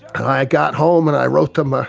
i got home and i wrote them ah